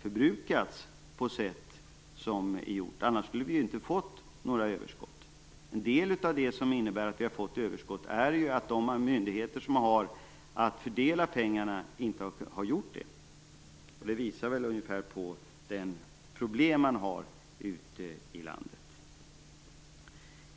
förbrukats på det sätt som de gjorts - annars skulle vi inte fått något överskott. En del av överskottet beror ju på att de myndigheter som har att fördela pengarna inte har gjort det. Det visar på vilka problem man har ute i landet.